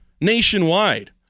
nationwide